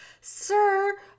Sir